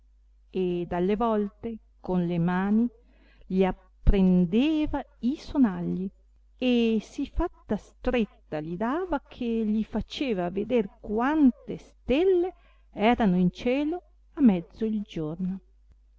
ed alle volte con le mani gli apprendeva i sonagli e sì fatta stretta gli dava che gli faceva veder quante stelle erano in cielo a mezzo il giorno